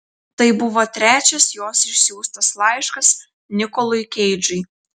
tai buvo trečias jos išsiųstas laiškas nikolui keidžui